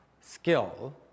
skill